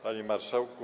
Panie Marszałku!